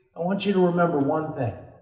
i want you to remember one thing,